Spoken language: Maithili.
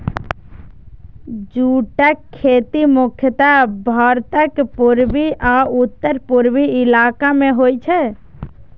जूटक खेती मुख्यतः भारतक पूर्वी आ उत्तर पूर्वी इलाका मे होइ छै